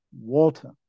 water